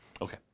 Okay